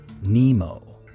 Nemo